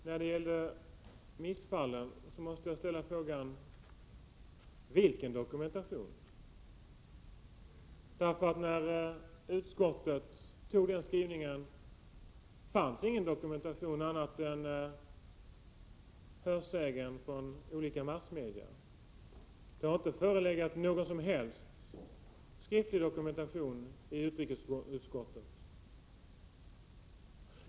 Herr talman! Vilken dokumentation finns bakom påståendet om att den 30 maj 1988 israeliska ockupationsmaktens våldshandlingar skulle ha orsakat missfall hos kvinnor? När utskottet antog skrivningen därom fanns ingen annan dokumentation än den hörsägen som återgivits i massmedia. Det har inte förelegat någon som helst skriftlig dokumentation i utrikesutskottet.